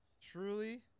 Truly